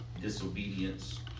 disobedience